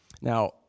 now